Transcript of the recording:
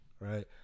Right